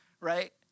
right